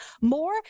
more